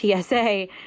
TSA